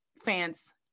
fans